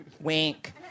Wink